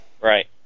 right